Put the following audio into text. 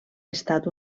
estat